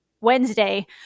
Wednesday